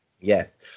Yes